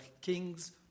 kings